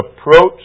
approach